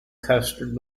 custard